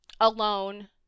alone